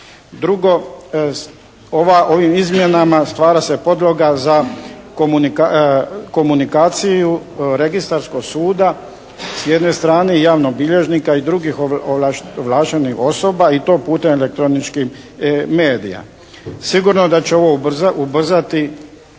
Drugo, ovim izmjenama stvara se podloga za komunikaciju registarskog suda s jedne strane i javnog bilježnika i drugih ovlaštenih osoba i to putem elektroničkih medija. Sigurno da će ovo ubrzati